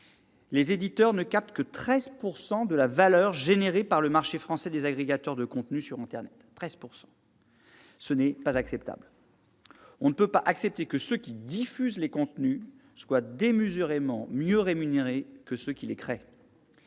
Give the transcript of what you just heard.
les éditeurs ne captent que 13 % de la valeur générée par le marché français des agrégateurs de contenus sur internet. 13 %! Ce n'est pas acceptable. On ne peut pas accepter que ceux qui diffusent les contenus soient démesurément mieux rémunérés que ceux qui les créent.